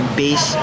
base